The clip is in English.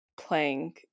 playing